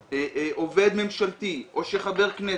עובד ממשלתי או שחבר כנסת,